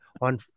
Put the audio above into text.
on